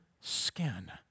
skin